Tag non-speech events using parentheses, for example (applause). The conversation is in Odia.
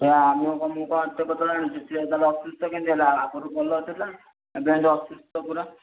ସେ ଆମକୁ ମୁଁ ତ (unintelligible) ସିଏ ତାହେଲେ ଅସୁସ୍ଥ କେନ୍ତି ହେଲା ଆଗରୁ ଭଲ ଥିଲା ଏବେ ଅସୁସ୍ଥ ପୁରା